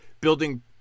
building